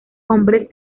hombres